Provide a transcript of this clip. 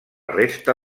resta